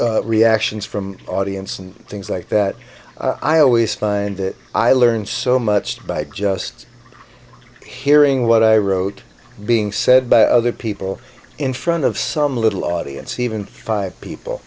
is reactions from audience and things like that i always find that i learn so much by just hearing what i wrote being said by other people in front of some little audience even five people